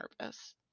nervous